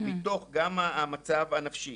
גם מתוך המצב הנפשי,